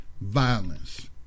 violence